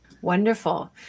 Wonderful